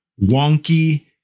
wonky